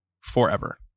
forever